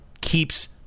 keeps